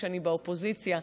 כשאני באופוזיציה,